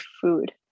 food